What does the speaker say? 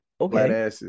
okay